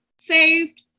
saved